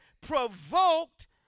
provoked